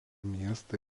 miestą